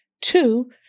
Two